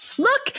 Look